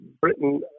Britain